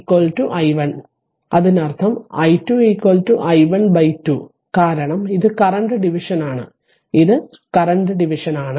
ഇതാണ് അതിനർത്ഥം i2 i1 2 കാരണം ഇത് കറന്റ് ഡിവിഷനാണ് ഇത് കറന്റ് ഡിവിഷനാണ്